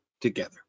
together